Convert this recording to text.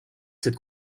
cette